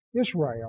Israel